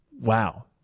Wow